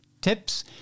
tips